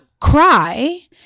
cry